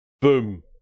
Boom